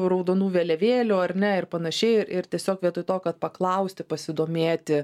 raudonų vėliavėlių ar ne ir panašiai ir tiesiog vietoj to kad paklausti pasidomėti